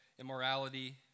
immorality